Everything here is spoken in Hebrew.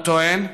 הוא טוען,